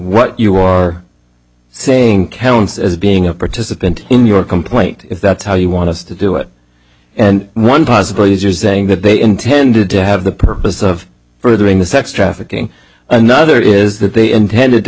what you are saying counts as being a participant in your complaint if that's how you want us to do it and one possibilities are saying that they intended to have the purpose of furthering the sex trafficking another is that they intended to